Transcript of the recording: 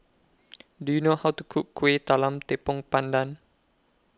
Do YOU know How to Cook Kuih Talam Tepong Pandan